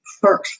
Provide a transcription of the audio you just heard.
first